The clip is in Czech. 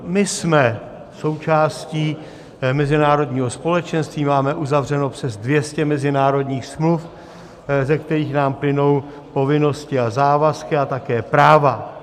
My jsme součástí mezinárodního společenství, máme uzavřeno přes 200 mezinárodních smluv, ze kterých nám plynou povinnosti a závazky a také práva.